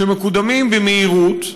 שמקודמים במהירות,